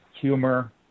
Humor